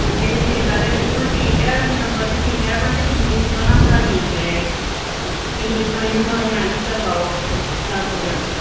ਪੜ੍ਹਨੇ ਵਿੱਚ ਇੱਦਾਂ ਤਾਂ ਬਿਲਕੁਲ ਠੀਕ ਹੈ ਨੰਬਰ ਤਾਂ ਠੀਕ ਹੈ ਬਟ ਇੰਗਲਿਸ਼ 'ਚੋਂ ਨਾ ਥੋੜ੍ਹਾ ਵੀਕ ਹੈ ਇਹ ਇੰਗਲਿਸ਼ 'ਚੋਂ ਇਹਨੂੰ ਥੋੜ੍ਹੇ ਮਿਹਨਤ ਕਰਵਾਓ ਜ਼ਿਆਦਾ ਤੋਂ ਜ਼ਿਆਦਾ